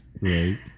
right